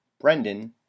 brendan